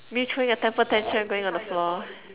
me throwing a temper tantrum and going on the floor